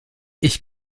ich